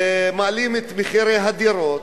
מעלים את מחירי הדירות,